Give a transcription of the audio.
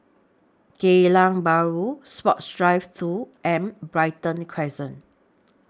Geylang Bahru Sports Drive two and Brighton Crescent